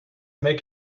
make